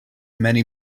many